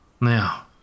Now